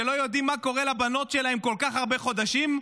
שלא יודעים מה קורה לבנות שלהם כול כך הרבה חודשים,